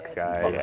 guys.